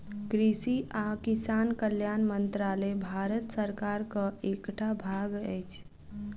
कृषि आ किसान कल्याण मंत्रालय भारत सरकारक एकटा भाग अछि